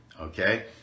okay